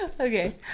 Okay